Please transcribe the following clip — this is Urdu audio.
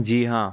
جی ہاں